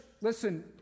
listen